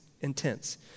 intense